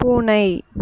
பூனை